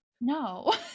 No